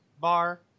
bar